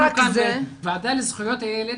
אנחנו כאן בוועדה לזכויות הילד.